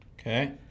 Okay